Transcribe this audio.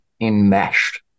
enmeshed